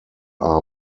are